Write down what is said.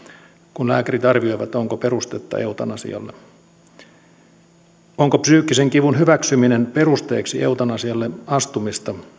kun lääkärit arvioivat onko perustetta eutanasialle onko psyykkisen kivun hyväksyminen perusteeksi eutanasialle astumista